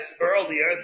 earlier